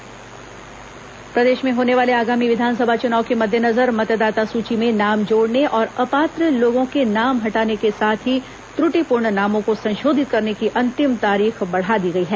मतदाता सूची पुनरीक्षण प्रदेश में होने वाले आगामी विधानसभा चुनाव के मद्देनजर मतदाता सूची में नाम जोड़ने और अपात्र लोगों के नाम हटाने के साथ ही त्र्टिपूर्ण नामों को संशोधित करने की अंतिम तारीख बढ़ा दी गई है